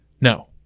No